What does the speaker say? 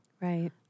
Right